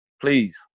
Please